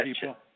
people